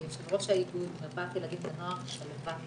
יושב ראש האיגוד, מרפאת ילדים ונוער שלוותה.